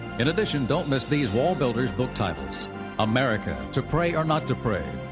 in addition, don't miss these wallbuilder book titles america to pray or not to pray?